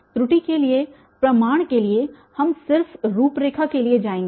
त्रुटि के लिए प्रमाण के लिए हम सिर्फ रूपरेखा के लिए जाएंगे